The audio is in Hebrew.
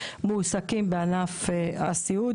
מועסקים בענף הסיעוד,